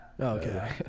Okay